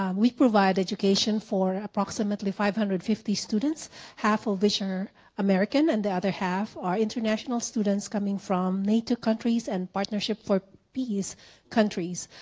um we provide education for approximately five hundred and fifty students half of which are american and the other half are international students coming from nato countries and partnership for peace countries.